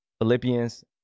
Philippians